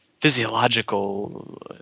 physiological